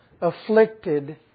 afflicted